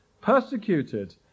persecuted